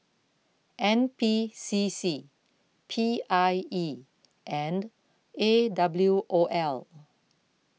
N P C C P I E and A W O L